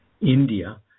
India